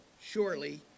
surely